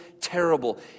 terrible